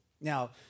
Now